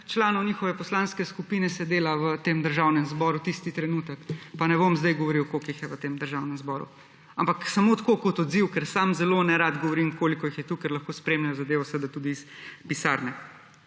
članov njihove poslanske skupine sedela v tem Državnem zboru tisti trenutek pa ne bom sedaj govoril koliko jih je v tem Državnem zbor, ampak samo tako kot odziv, ker sam zelo nerad govorim koliko jih je tukaj, ker lahko spremljajo zadevo seveda tudi iz pisarne.